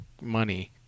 money